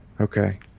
Okay